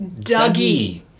Dougie